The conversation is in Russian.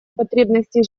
потребностей